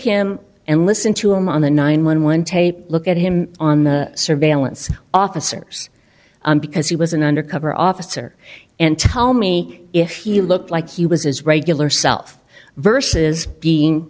him and listen to him on the nine one one tape look at him on surveillance officers because he was an undercover officer and tell me if he looked like he was his regular self versus being